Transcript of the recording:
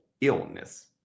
illness